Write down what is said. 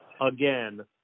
again